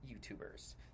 YouTubers